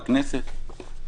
בכנסת,